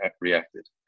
reacted